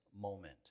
moment